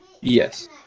Yes